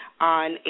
on